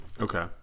Okay